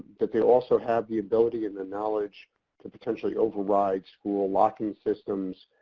that they also have the ability and the knowledge to potentially override school locking systems,